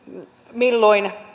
milloin